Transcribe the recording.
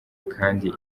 kandi